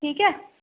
ਠੀਕ ਹੈ